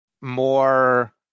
more